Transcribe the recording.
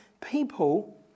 people